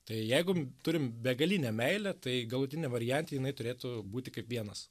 tai jeigu turim begalinę meilę tai galutiniam variante jinai turėtų būti kaip vienas